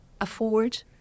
afford